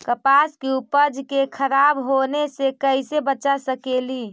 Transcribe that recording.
कपास के उपज के खराब होने से कैसे बचा सकेली?